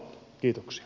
kiitoksia